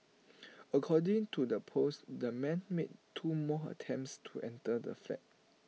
according to the post the man made two more attempts to enter the flat